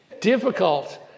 Difficult